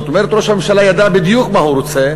זאת אומרת, ראש הממשלה ידע בדיוק מה הוא רוצה,